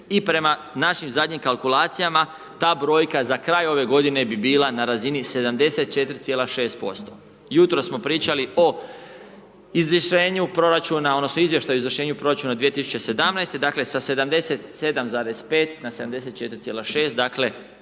i prema našim zadnjim kalkulacijama, ta brojka za kraj ove godine, bi bila na razini 74,6%. Jutros smo pričali o izvršenju proračuna odnosno izvještaju izvršenja proračuna 2017., dakle, sa 77,5 na 74,6,